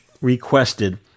requested